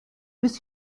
bis